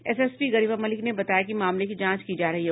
SSP Garima Malik ने बताया कि मामले की जांच की जा रही है